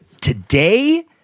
today